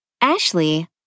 Ashley